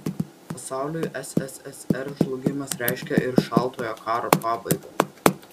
pasauliui sssr žlugimas reiškė ir šaltojo karo pabaigą